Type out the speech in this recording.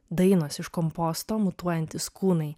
dainos iš komposto mutuojantys kūnai